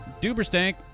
Duberstank